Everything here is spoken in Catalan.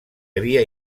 havia